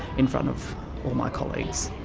in front of my colleagues.